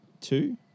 Two